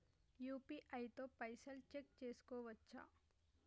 UPI తో పైసల్ check చేసుకోవచ్చా?